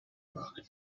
back